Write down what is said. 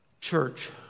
church